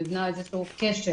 נבנה איזשהו קשר